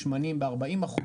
שמנים ב-40%,